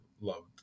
loved